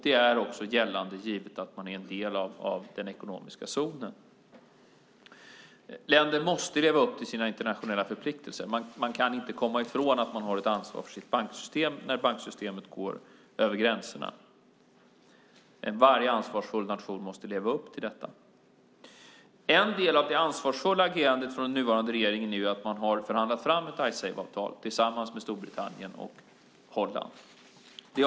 Det är också gällande, givet att man är en del av den ekonomiska zonen. Länder måste leva upp till sina internationella förpliktelser. Man kan inte komma ifrån att man har ansvar för sitt banksystem när banksystemet går över gränserna. Varje ansvarsfull nation måste leva upp till detta. En del av det ansvarsfulla agerandet från den nuvarande regeringen är att man har förhandlat fram ett Icesave-avtal tillsammans med Storbritannien och Holland.